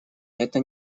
это